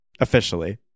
officially